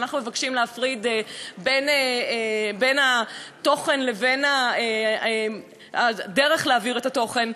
שאנחנו מבקשים להפריד בין התוכן לבין הדרך להעביר את התוכן,